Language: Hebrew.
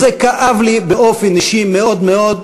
וזה כאב לי באופן אישי מאוד מאוד,